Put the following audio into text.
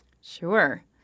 Sure